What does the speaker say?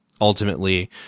ultimately